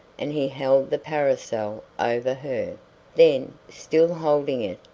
and he held the parasol over her then, still holding it,